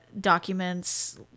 documents